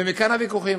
ומכאן הוויכוחים.